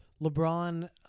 LeBron